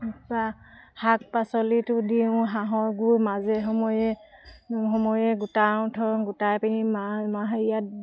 তাৰপৰা শাক পাচলিতো দিওঁ হাঁহৰ গু মাজে সময়ে সময়ে গোটাওঁ থওঁ গোটাই পিনি হেৰিয়াত